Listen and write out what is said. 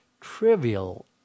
trivial